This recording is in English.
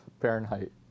Fahrenheit